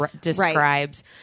describes